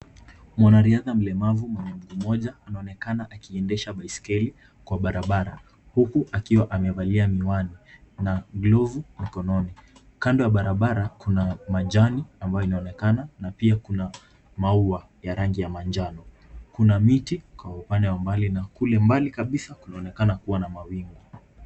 Mwana riadha mlemavu mwenye mguu moja. Anaonekana akiendesha baiskeli kwa barabara. Huku akiwa amevalia miwani na glovu mkononi. Kando wa barabara kuna majani ambayo inaonekana na pia kuna maua ya rangi ya manjano. Kuna miti kwa upande wa umbali na kule mbali kabisa kunaonekana kuwa na mawimbi.